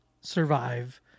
survive